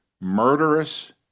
murderous